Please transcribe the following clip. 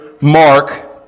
Mark